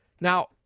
Now